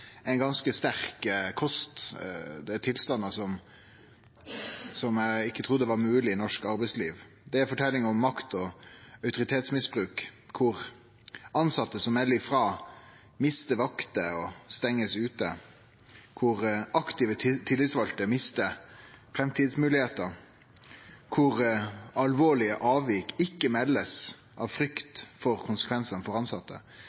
er ganske sterk kost. Det er tilstandar som eg ikkje trudde var mogleg i norsk arbeidsliv. Det er forteljingar om makt og autoritetsmisbruk, der tilsette som melder frå, mister vakter og blir stengde ute, der aktive tillitsvalde mister framtidsmoglegheiter, der alvorlege avvik ikkje blir melde av frykt for